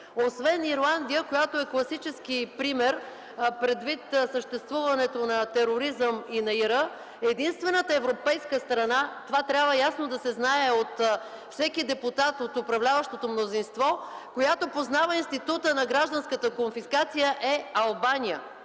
освен в Ирландия, която е класически пример предвид съществуването на тероризъм и на ИРА. Единствената европейска страна – това трябва ясно да се знае от всеки депутат от управляващото мнозинство, която познава института на гражданската конфискация, е Албания.